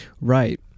Right